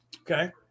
Okay